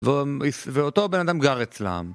ואותו בן אדם גר אצלם.